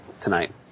tonight